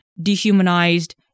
dehumanized